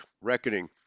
reckoning